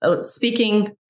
speaking